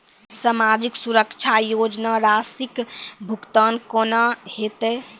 समाजिक सुरक्षा योजना राशिक भुगतान कूना हेतै?